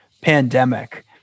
pandemic